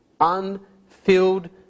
Unfilled